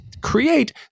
create